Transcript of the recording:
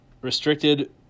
restricted